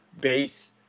base